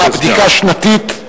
בדיקה שנתית?